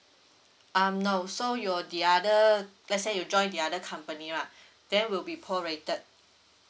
um no so your the other let's say you join the other company lah then will be prorated